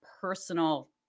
personal